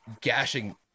gashing